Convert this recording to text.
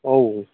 औ